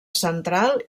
central